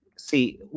See